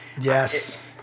Yes